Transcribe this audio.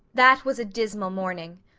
that was a dismal morning.